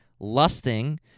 lusting